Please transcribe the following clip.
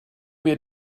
mir